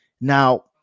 Now